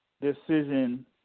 decision